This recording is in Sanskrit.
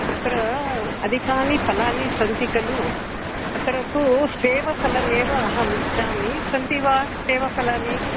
अत्र अधिकानि फलानि सन्ति खलु अत्र तु सेवफलमेव अहं इच्छामि सन्ति वा सेवफलानि